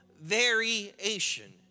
variation